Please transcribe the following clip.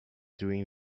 during